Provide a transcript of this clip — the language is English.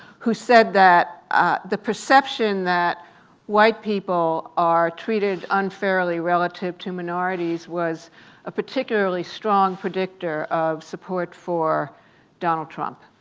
who said that the perception that white people are treated unfairly relative to minorities was a particularly strong predictor of support for donald trump.